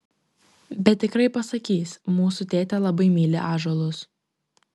bet tikrai pasakys mūsų tėtė labai myli ąžuolus